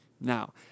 Now